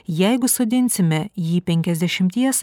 jeigu sodinsime jį penkiasdešimties